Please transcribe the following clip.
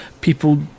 people